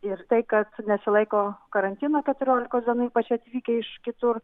ir tai kas nesilaiko karantino keturiolikos dienų ypač atvykę iš kitur